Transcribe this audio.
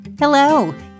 Hello